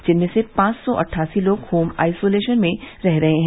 जिनमें से पांच सौ अट्ठासी लोग होम आइसोलेशन में रह रहे है